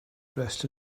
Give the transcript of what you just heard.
dressed